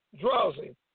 drowsy